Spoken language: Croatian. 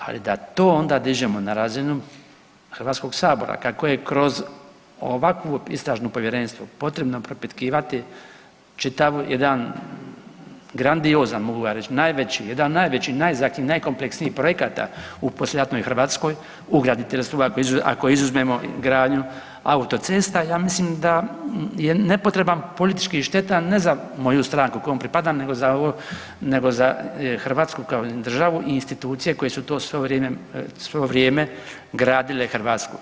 Ali da to onda dižemo na razinu Hrvatskog sabora kako je kroz ovakvo istražno povjerenstvo potrebno propitkivati čitav jedan grandiozan mogu vam reći jedan najveći, najzahtjevniji, najkompleksnijih projekata u poslijeratnoj Hrvatskoj u graditeljstvu, ako izuzmemo gradnju auto cesta, ja mislim da je nepotreban, politički štetan ne za moju stranku kojoj pripadam nego za ovo, nego za Hrvatsku kao državu i institucije koje su svo vrijeme gradile Hrvatsku.